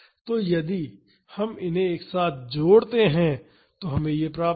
तो यदि हम इन्हें एक साथ जोड़ सकते हैं तो हमें यह प्राप्त होगा